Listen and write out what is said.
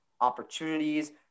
opportunities